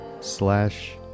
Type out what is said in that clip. slash